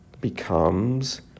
becomes